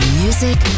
music